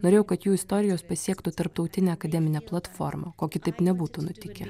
norėjau kad jų istorijos pasiektų tarptautinę akademinę platformą ko kitaip nebūtų nutikę